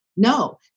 No